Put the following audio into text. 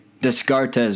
Descartes